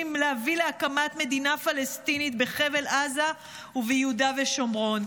להביא להקמת מדינה פלסטינית בחבל עזה וביהודה ושומרון.